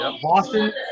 Boston